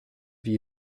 wie